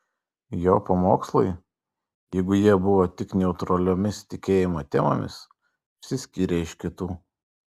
jo pamokslai jeigu jie buvo tik neutraliomis tikėjimo temomis išsiskyrė iš kitų